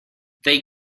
they